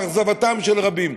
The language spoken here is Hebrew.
לאכזבתם של רבים.